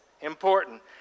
important